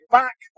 back